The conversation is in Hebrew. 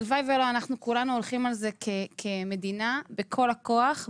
הלוואי ולא אנחנו כולנו הולכים על זה כמדינה בכל הכוח,